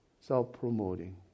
self-promoting